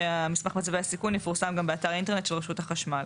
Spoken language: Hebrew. ש"מסמך מצבי הסיכון...יפורסם" גם באתר האינטרנט של "רשות החשמל".